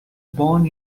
born